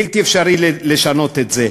בלתי אפשרי לשנות את זה.